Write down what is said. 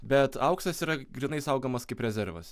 bet auksas yra grynai saugomas kaip rezervas